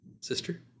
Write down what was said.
Sister